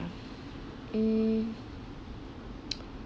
mm